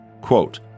Quote